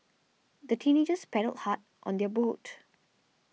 the teenagers paddled hard on their boat